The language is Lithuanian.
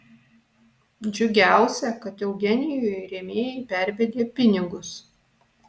džiugiausia kad eugenijui rėmėjai pervedė pinigus